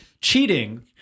Cheating